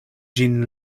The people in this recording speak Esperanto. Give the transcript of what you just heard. ĝin